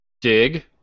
dig